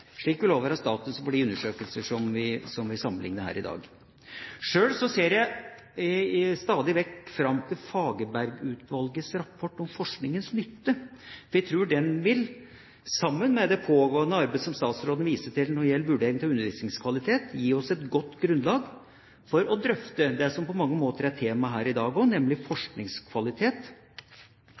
Slik vil også være status for de undersøkelser som vi sammenlikner her i dag. Sjøl ser jeg stadig vekk fram til Fagerbergutvalgets rapport om forskningens nytte. Jeg tror den, sammen med det pågående arbeidet som statsråden viste til når det gjelder vurdering av undervisningskvalitet, vil gi oss et godt grunnlag for å drøfte det som på mange måter er tema her i dag også, nemlig forskningskvalitet,